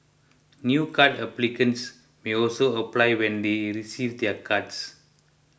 new card applicants may also apply when they receive their cards